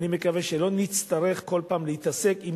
אני מקווה שלא נצטרך להתעסק כל פעם עם